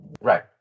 Right